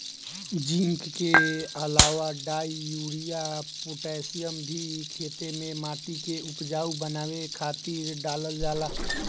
zinc के अलावा डाई, यूरिया, पोटैशियम भी खेते में माटी के उपजाऊ बनावे खातिर डालल जाला